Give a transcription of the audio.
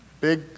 big